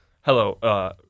hello